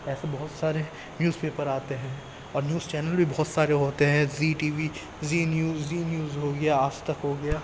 ایسے بہت سارے نیوز پیپر آتے ہیں اور نیوز چینل بھی بہت سارے ہوتے ہیں Zee T V Zee news Zee news ہو گیا آج تک ہو گیا